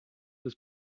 des